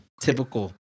typical